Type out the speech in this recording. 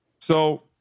So-